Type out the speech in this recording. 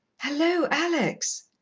hallo, alex!